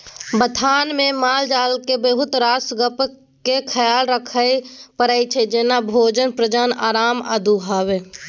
बथानमे मालजालक बहुत रास गप्पक खियाल राखय परै छै जेना भोजन, प्रजनन, आराम आ दुहब